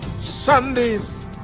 Sunday's